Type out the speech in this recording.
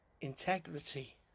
Integrity